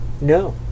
No